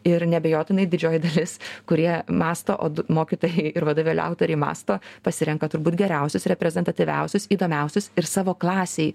ir neabejotinai didžioji dalis kurie mąsto o mokytojai ir vadovėlių autoriai mąsto pasirenka turbūt geriausius reprezentatyviausius įdomiausius ir savo klasei